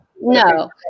No